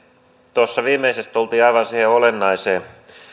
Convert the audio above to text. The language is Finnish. tuossa viimeisessä tultiin aivan siihen olennaiseen